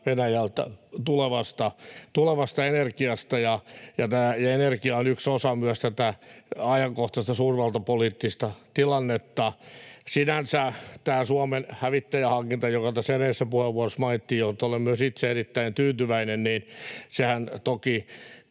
Venäjältä tulevasta energiasta, ja energia on myös yksi osa tätä ajankohtaista suurvaltapoliittista tilannetta. Sinänsä tämä Suomen hävittäjähankinta, joka tässä edellisessä puheenvuorossa mainittiin, johon olen myös itse erittäin tyytyväinen, sehän toki